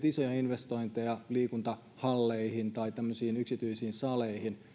isoja investointeja liikuntahalleihin tai tämmöisiin yksityisiin saleihin